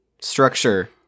structure